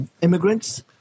immigrants